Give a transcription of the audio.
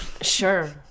Sure